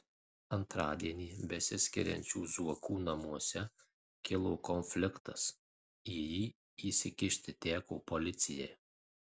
antradienį besiskiriančių zuokų namuose kilo konfliktas į jį įsikišti teko policijai